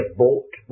bought